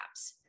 apps